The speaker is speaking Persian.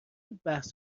بحث